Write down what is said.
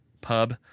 pub